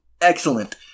Excellent